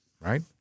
right